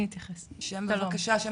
שלום.